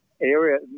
Area